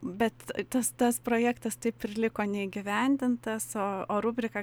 bet tas tas projektas taip ir liko neįgyvendintas o o rubrika